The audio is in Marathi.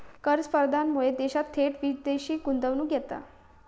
कर स्पर्धेमुळा देशात थेट विदेशी गुंतवणूक येता